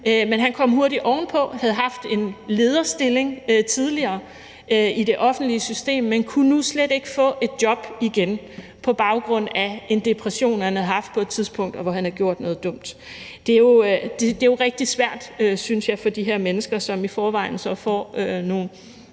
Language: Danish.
Men han kom hurtigt ovenpå. Han havde tidligere haft en lederstilling i det offentlige system, men kunne nu slet ikke få et job igen på baggrund af en depression, han på et tidspunkt havde haft, hvor han havde gjort noget dumt. Det er jo rigtig svært, synes jeg, for de her mennesker, som i forvejen får en